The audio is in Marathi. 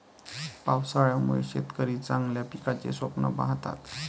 पावसाळ्यामुळे शेतकरी चांगल्या पिकाचे स्वप्न पाहतात